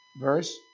Verse